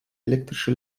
elektrische